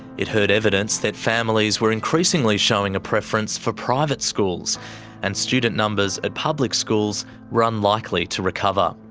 it heard evidence that families were increasingly showing a preference for private schools and student numbers at public schools were unlikely to recover.